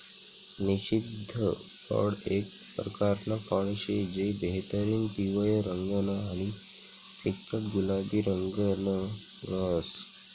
निषिद्ध फळ एक परकारनं फळ शे जे बाहेरतीन पिवयं रंगनं आणि फिक्कट गुलाबी रंगनं रहास